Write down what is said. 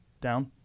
Down